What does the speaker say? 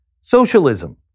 socialism